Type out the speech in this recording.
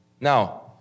Now